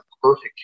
perfect